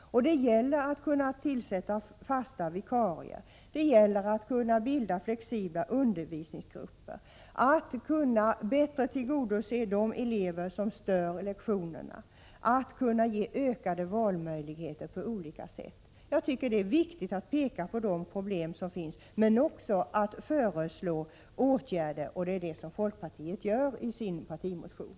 Det gäller att kunna tillsätta fasta vikarier, bilda flexibla undervisningsgrupper, bättre tillgodose de elever som stör lektionerna och att ge ökade valmöjligheter på olika sätt. Jag tycker att det är viktigt att peka på de problem som finns, men också att föreslå åtgärder. Det är det som folkpartiet gör i sin partimotion.